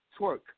Twerk